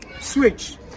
switch